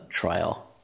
trial